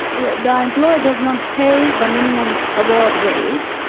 and the employer does not pay the minimum award rate.